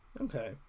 okay